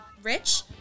rich